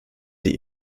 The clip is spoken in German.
die